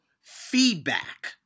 feedback